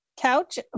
Couch